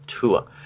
Tour